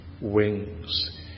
wings